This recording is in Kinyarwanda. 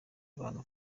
abantu